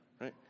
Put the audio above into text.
Right